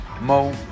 Mo